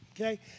okay